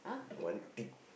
one